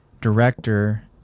director